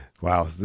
wow